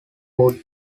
wood